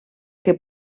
que